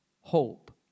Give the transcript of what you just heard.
hope